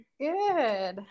Good